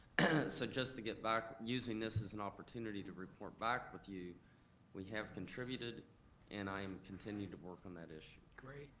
so just to get back, using this as an opportunity to report back with you we have contributed and i um continue to work on that issue. great,